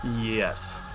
Yes